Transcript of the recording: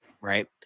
right